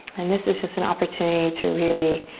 and this is just an opportunity to really